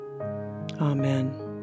Amen